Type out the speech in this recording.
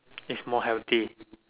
it's more healthy